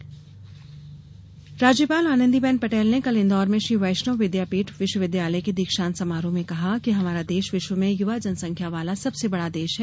राज्यपाल राज्यपाल आनंदीबेन पटेल ने कल इंदौर में श्री वैष्णव विद्यापीठ विश्वविद्यालय के दीक्षान्त समारोह में कहा कि हमारा देश विश्व में युवा जनसंख्या वाला सबसे बड़ा देश है